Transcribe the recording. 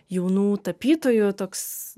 jaunų tapytojų toks